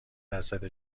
درصد